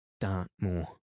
Dartmoor